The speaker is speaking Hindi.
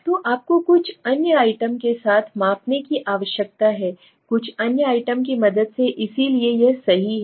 तो आपको कुछ अन्य आइटम के साथ मापने की आवश्यकता है कुछ अन्य आइटम की मदद से इसलिए यह सही है